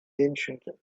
ancient